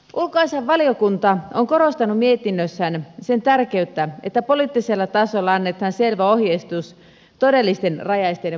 ulkoasiainvaliokunta on korostanut mietinnössään sen tärkeyttä että poliittisella tasolla annetaan selvä ohjeistus todellisten rajaesteiden poistamiseksi